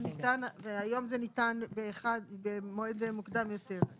והיום זה ניתן במועד מוקדם יותר.